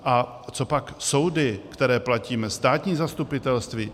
A co pak soudy, které platíme, státní zastupitelství?